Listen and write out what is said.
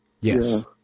Yes